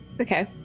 Okay